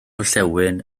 orllewin